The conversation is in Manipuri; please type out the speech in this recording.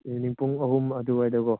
ꯏꯕꯤꯅꯤꯡ ꯄꯨꯡ ꯑꯍꯨꯝ ꯑꯗꯨꯋꯥꯏꯗꯀꯣ